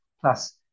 plus